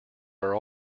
are